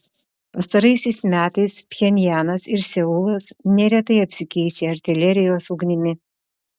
pastaraisiais metais pchenjanas ir seulas neretai apsikeičia artilerijos ugnimi